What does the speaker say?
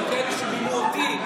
גם כאלה שמינו אותי,